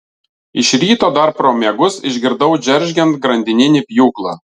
iš ryto dar pro miegus išgirdau džeržgiant grandininį pjūklą